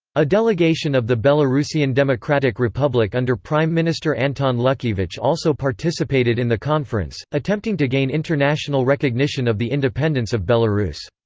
a delegation of the belarusian democratic republic under prime minister anton luckievic also participated in the conference, attempting to gain international recognition of the independence of belarus.